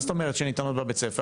מה זאת אומרת שניתנות בבית-הספר?